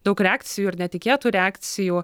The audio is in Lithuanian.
daug reakcijų ir netikėtų reakcijų